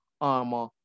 armor